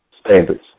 standards